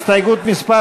הסתייגות מס'